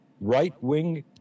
right-wing